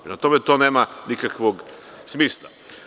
Prema tome, to nema nikakvog smisla.